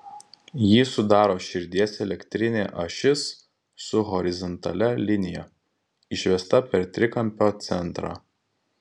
jį sudaro širdies elektrinė ašis su horizontalia linija išvesta per trikampio centrą